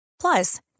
Plus